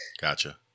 Gotcha